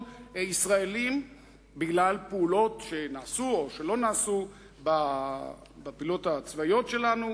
ישראלים בגלל פעולות שנעשו או שלא נעשו בפעולות הצבאיות שלנו,